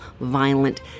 violent